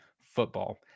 football